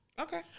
Okay